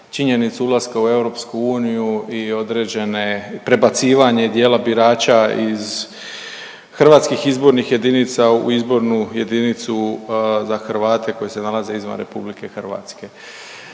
činjenicu ulaska u Eu i određene, prebacivanje dijela birača iz hrvatskih izbornih jedinica u izbornu jedinicu za Hrvate koji se nalaze izvan RH.